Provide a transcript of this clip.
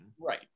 Right